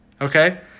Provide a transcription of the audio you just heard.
Okay